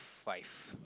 five